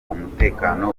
umutekano